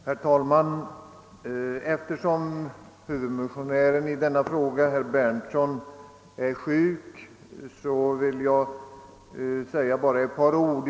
Herr talman! Eftersom huvudmotionären beträffande anordnande av gymnasial utbildning i Strömstad, herr Berndtsson, är sjuk vill jag i hans ställe säga några ord.